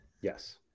Yes